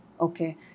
Okay